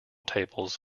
tables